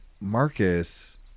Marcus